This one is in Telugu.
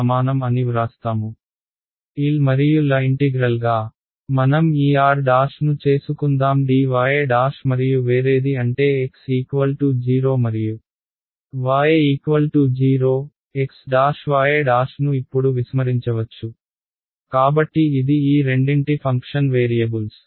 L మరియు ల ఇంటిగ్రల్ గా మనం ఈ r' ను చేసుకుందాం dy' మరియు వేరేది అంటే x0 మరియు y 0 x' y' ను ఇప్పుడు విస్మరించవచ్చు కాబట్టి ఇది ఈ రెండింటి ఫంక్షన్ వేరియబుల్స్